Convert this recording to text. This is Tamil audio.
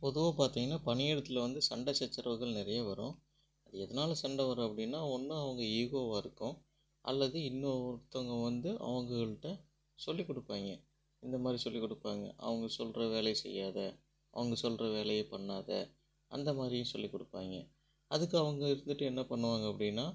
பொதுவாக பார்த்திங்கன்னா பணி இடத்துல வந்து சண்டை சச்சரவுகள் நிறைய வரும் எதனால் சண்டை வரும் அப்படின்னா ஒன்று அவங்க ஈகோவாக இருக்கும் அல்லது இன்னொருத்தவங்க வந்து அவங்கள்கிட்ட சொல்லிக் கொடுப்பாய்ங்க இந்த மாரி சொல்லி கொடுப்பாங்க அவங்க சொல்லுற வேலையை செய்யாத அவங்க சொல்லுற வேலையை பண்ணாத அந்த மாரியும் சொல்லி கொடுப்பாய்ங்க அதுக்கு அவங்க இருந்துகிட்டு என்ன பண்ணுவாங்க அப்படின்னா